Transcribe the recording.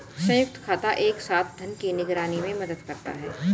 संयुक्त खाता एक साथ धन की निगरानी में मदद करता है